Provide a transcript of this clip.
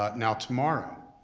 but now tomorrow,